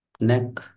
Neck